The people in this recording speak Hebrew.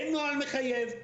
אין נוהל מחייב,